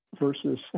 versus